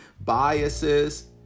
biases